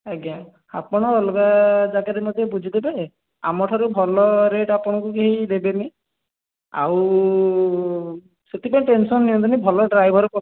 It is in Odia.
ଆଜ୍ଞା ଆପଣ ଅଲଗା ଯାଗାରେ ନହେଲେ ଯାଇ ବୁଝି ଦେବେ ଆମଠାରୁ ଭଲ ରେଟ୍ ଆପଣଙ୍କୁ କେହି ଦେବେନି ଆଉ ସେଥିପାଇଁ ଟେନସନ୍ ନିଅନ୍ତୁନି ଭଲ ଡ୍ରାଇଭର୍